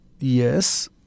yes